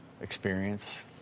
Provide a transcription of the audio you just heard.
experience